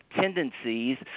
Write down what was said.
tendencies